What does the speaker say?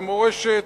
המורשת,